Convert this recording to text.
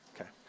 Okay